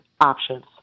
options